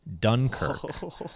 dunkirk